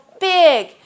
big